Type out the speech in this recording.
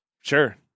sure